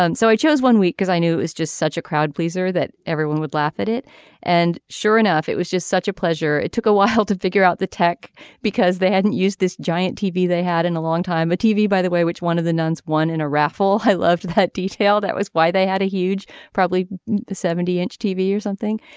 and so i chose one week because i knew it was just such a crowd pleaser that everyone would laugh at it and sure enough it was just such a pleasure. it took a while to figure out the tech because they hadn't used this giant tv they had in a long time a tv by the way which one of the nuns won in a raffle. i loved that detail that was why they had a huge probably seventy inch tv or something.